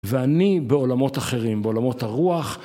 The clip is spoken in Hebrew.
ואני בעולמות אחרים, בעולמות הרוח.